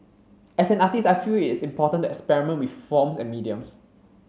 as an artist I feel it is important to experiment with forms and mediums